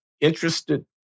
interested